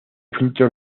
filtro